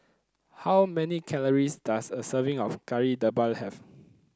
how many calories does a serving of Kari Debal have